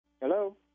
Hello